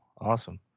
Awesome